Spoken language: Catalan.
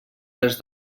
res